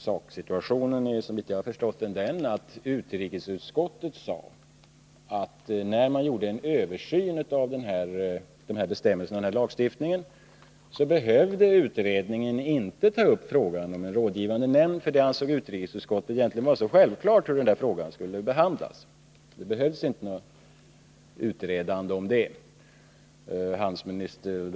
Saksituationen är, såvitt jag förstått, den att utrikesutskottet, när man där företog en översyn av de här bestämmelserna och den här lagstiftningen, sade att utredningen inte behövde ta upp frågan om en rådgivande nämnd, eftersom utskottet ansåg det så självklart hur denna fråga skulle behandlas; att det inte behövdes något utredande därom.